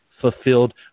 fulfilled